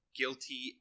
guilty